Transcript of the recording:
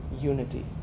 unity